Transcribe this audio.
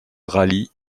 rallie